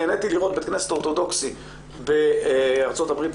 נהניתי לראות בית כנסת אורתודוכסי בארצות הברית,